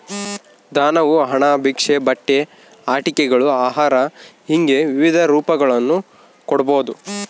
ದಾನವು ಹಣ ಭಿಕ್ಷೆ ಬಟ್ಟೆ ಆಟಿಕೆಗಳು ಆಹಾರ ಹಿಂಗೆ ವಿವಿಧ ರೂಪಗಳನ್ನು ಕೊಡ್ಬೋದು